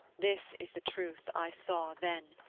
this is the truth i saw then,